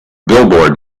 billboard